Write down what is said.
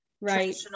right